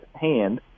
hand